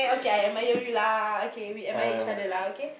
okay I admire you lah okay we admire each lah okay